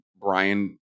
Brian